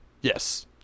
Yes